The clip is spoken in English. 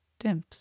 Dimps